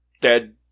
dead